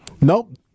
Nope